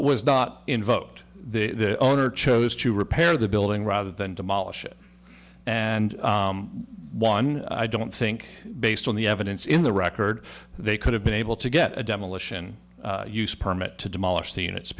was not invoked the owner chose to repair the building rather than demolish it and one i don't think based on the evidence in the record they could have been able to get a demolition use permit to demolish the